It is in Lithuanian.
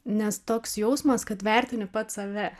nes toks jausmas kad vertini pats save